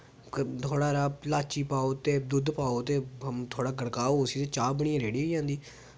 थोह्ड़ा हारा लाची पाओ ते दुद्ध पाओ ते थोह्ड़ा गड़काओ उसी ते चाह् बनियै रड़ी होई जंदी